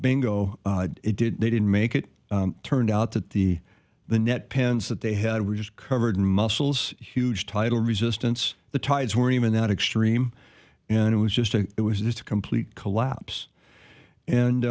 bingo it did they didn't make it turned out that the the net pants that they had were just covered in muscles huge title resistance the tides weren't even that extreme and it was just a it was just a complete collapse